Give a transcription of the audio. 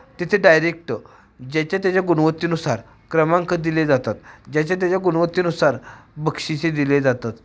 तिथे डायरेक्ट ज्याच्या त्याच्या गुणवत्तेनुसार क्रमांक दिले जातात ज्याच्या त्याच्या गुणवत्तेनुसार बक्षीसे दिली जातात